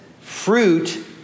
fruit